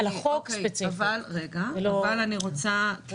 על החוק ספציפית, זה מאוד חשוב.